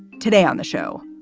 today on the show.